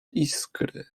iskry